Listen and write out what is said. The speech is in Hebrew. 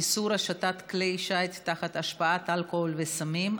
איסור השטת כלי שיט תחת השפעת אלכוהול וסמים),